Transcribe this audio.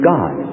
God